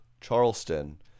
Charleston